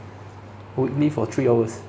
weekly for three hours